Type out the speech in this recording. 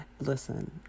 Listen